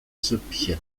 süppchen